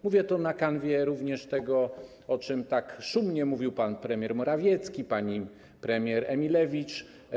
Mówię to na kanwie również tego, o czym tak szumnie mówił pan premier Morawiecki, pani premier Emilewicz.